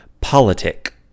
Politic